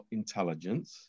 intelligence